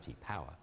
power